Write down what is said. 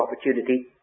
opportunity